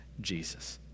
Jesus